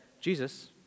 Jesus